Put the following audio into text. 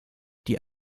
die